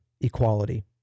equality